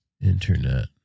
internet